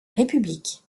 république